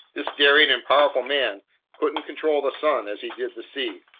this daring and powerful man couldn't control the sun as he did the sea.